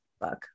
book